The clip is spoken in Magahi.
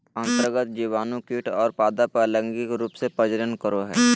अन्तर्गत जीवाणु कीट और पादप अलैंगिक रूप से प्रजनन करो हइ